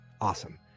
Awesome